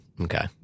Okay